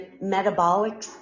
metabolic